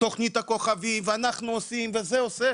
תוכנית הכוכבים ואנחנו עושים וזה עושה,